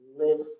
live